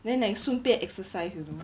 then like 顺便 exercise you know